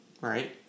right